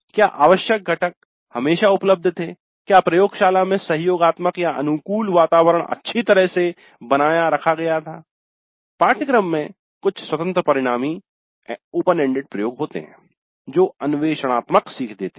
क्या आवश्यक घटक हमेशा उपलब्ध थे क्या प्रयोगशाला में सहयोगात्मकअनुकूल वातावरण अच्छी तरह से बनाए रखा गया था पाठ्यक्रम में कुछ स्वतंत्र परिणामी ओपन एंडेड प्रयोग होते है जो अन्वेषणात्मक सीख देते है